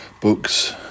books